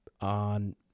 on